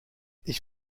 ich